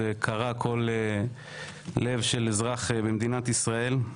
זה קרע לב של כל אזרח במדינת ישראל.